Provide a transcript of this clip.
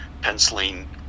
penciling